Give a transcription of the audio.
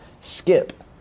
skip